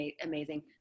amazing